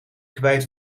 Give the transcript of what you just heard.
kwijt